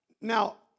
Now